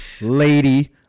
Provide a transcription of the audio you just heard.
lady